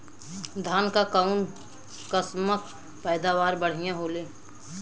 धान क कऊन कसमक पैदावार बढ़िया होले?